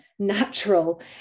natural